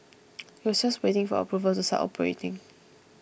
it was just waiting for approval to start operating